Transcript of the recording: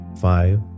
Five